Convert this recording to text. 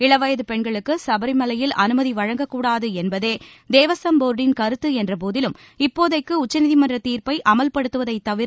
இளவயது பெண்களுக்கு சபரிமலையில் அனுமதி வழங்கக்கூடாது என்பதே தேவஸ்வம் போர்டின் கருத்து என்ற போதிலும் இப்போதைக்கு உச்சநீதிமன்ற தீர்ப்பை அமல்படுத்துவதை தவிர